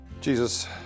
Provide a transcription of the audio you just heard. Jesus